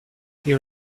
here